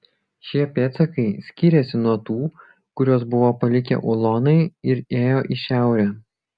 šie pėdsakai skyrėsi nuo tų kuriuos buvo palikę ulonai ir ėjo į šiaurę